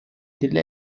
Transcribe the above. dille